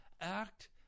act